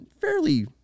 fairly